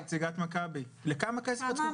השירותים לציבור הכללי נפגעים בגלל שיש צורך